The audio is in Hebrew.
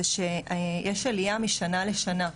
זה שיש עלייה משנה לשנה,